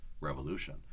revolution